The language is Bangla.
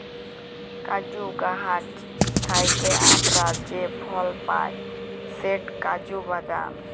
কাজু গাহাচ থ্যাইকে আমরা যে ফল পায় সেট কাজু বাদাম